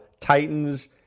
Titans